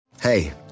Hey